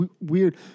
weird